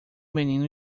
menino